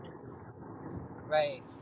Right